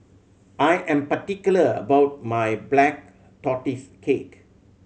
I am particular about my Black Tortoise Cake